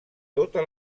tota